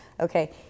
okay